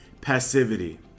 passivity